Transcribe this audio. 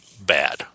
bad